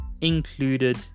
included